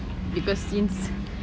because since